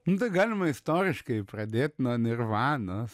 nu tai galima istoriškai pradėt nuo nirvanos